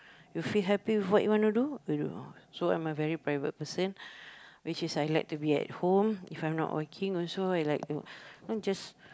you feel happy with what you wanna do you do so I'm a very private person which is I like to be at home if I'm not working also